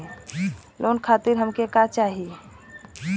Loan खातीर हमके का का चाही?